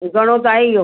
घणो त आहे इहो